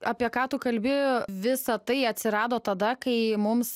apie ką tu kalbi visa tai atsirado tada kai mums